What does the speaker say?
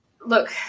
Look